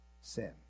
sin